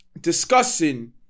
discussing